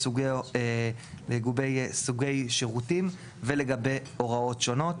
לגבי סוגי שירותים ולגבי הוראות שונות.